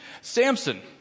Samson